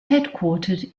headquartered